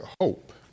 hope